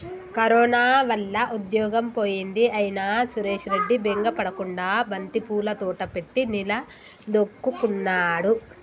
corona వల్ల ఉద్యోగం పోయింది అయినా సురేష్ రెడ్డి బెంగ పడకుండా బంతిపూల తోట పెట్టి నిలదొక్కుకున్నాడు